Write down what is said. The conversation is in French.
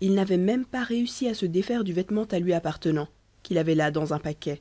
il n'avait même pas réussi à se défaire du vêtement à lui appartenant qu'il avait là dans un paquet